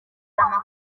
amakuru